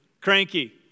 Cranky